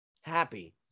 happy